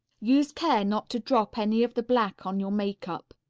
use care not to drop any of the black on your makeup.